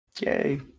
Yay